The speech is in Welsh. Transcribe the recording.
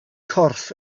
corff